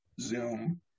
Zoom